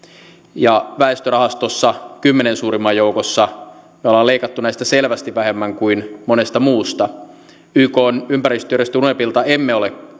ja väestörahastossa kymmenen suurimman joukossa me olemme leikanneet näistä selvästi vähemmän kuin monesta muusta ykn ympäristöjärjestö unepilta emme ole